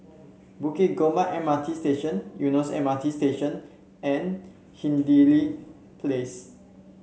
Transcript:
Bukit Gombak M R T Station Eunos M R T Station and Hindhede Place